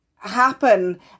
happen